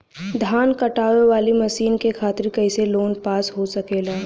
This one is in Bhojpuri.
धान कांटेवाली मशीन के खातीर कैसे लोन पास हो सकेला?